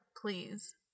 please